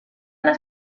las